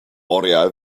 oriau